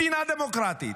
מדינה דמוקרטית,